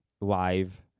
live